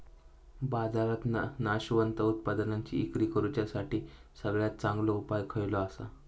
बाजारात नाशवंत उत्पादनांची इक्री करुच्यासाठी सगळ्यात चांगलो उपाय खयचो आसा?